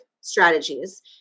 strategies